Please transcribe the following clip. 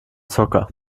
zocker